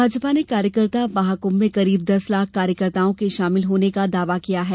भाजपा ने कार्यकर्ता महाकुंभ में करीब दस लाख कार्यकर्ताओ के शामिल होने की दावा किया है